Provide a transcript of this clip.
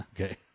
Okay